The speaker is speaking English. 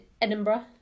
Edinburgh